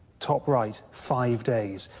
top right, five days.